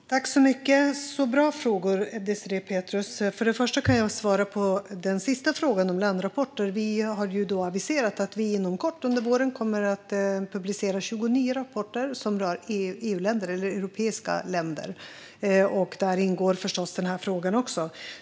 Fru talman! Tack för bra frågor, Désirée Pethrus! Vad gäller landrapporterna har vi aviserat att vi inom kort under våren kommer att publicera 29 rapporter som rör europeiska länder. Här ingår förstås också denna fråga.